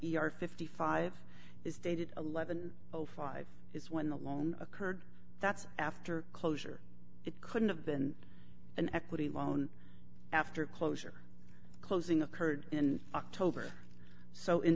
r fifty five is dated eleven o five is when the loan occurred that's after closure it couldn't have been an equity loan after closure closing occurred in october so in